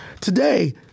Today